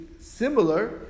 similar